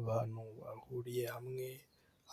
Abantu bahuriye hamwe,